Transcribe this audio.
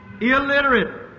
Illiterate